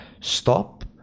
Stop